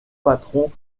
patron